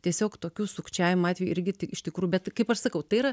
tiesiog tokių sukčiavimo atvejų irgi iš tikrų bet kaip aš sakau tai yra